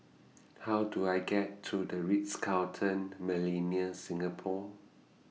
How Do I get to The Ritz Carlton Millenia Singapore